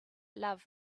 love